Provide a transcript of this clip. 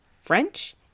French